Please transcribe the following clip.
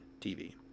TV